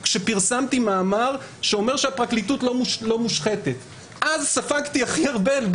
כבר אמרו לפניי שדיבורים יכולים בסופו